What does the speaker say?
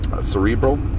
cerebral